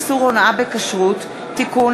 הצעת חוק איסור הונאה בכשרות (תיקון,